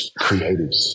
creatives